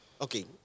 okay